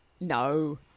No